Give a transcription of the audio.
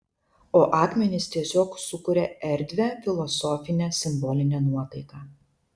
o akmenys tiesiog sukuria erdvią filosofinę simbolinę nuotaiką